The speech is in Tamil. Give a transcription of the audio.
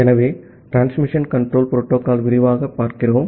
ஆகவே டிரான்ஸ்மிஷன் கண்ட்ரோல் ப்ரோடோகால் விரிவாகப் பார்க்கிறோம்